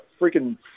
freaking